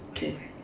okay